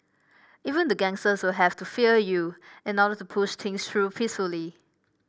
even the gangsters will have to fear you in order to push things through peacefully